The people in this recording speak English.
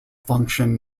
function